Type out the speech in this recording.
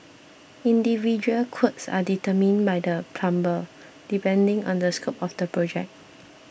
individual quotes are determined by the plumber depending on the scope of the project